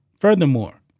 Furthermore